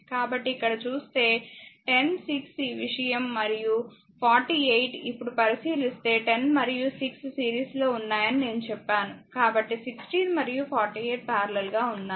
కాబట్టిఇక్కడ చూస్తే 10 6 ఈ విషయం మరియు 48 ఇప్పుడు పరిశీలిస్తే 10 మరియు 6 సిరీస్లో ఉన్నాయని నేను చెప్పాను కాబట్టి 16 మరియు 48 పారలెల్ గా ఉన్నాయి